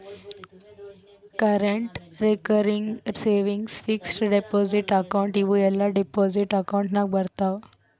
current, recurring, savings, fixed deposit account ಇವೂ ಎಲ್ಲಾ deposit account ನಾಗ್ ಬರ್ತಾವ್